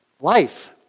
life